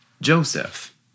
Joseph